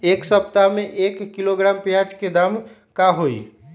एक सप्ताह में एक किलोग्राम प्याज के दाम का होई?